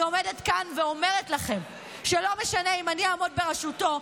אני עומדת כאן ואומרת לכם שלא משנה אם אני אעמוד בראשותו,